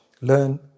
learn